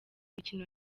mikino